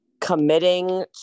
committing